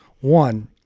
One